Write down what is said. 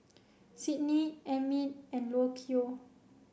Sydney Emmitt and Lucio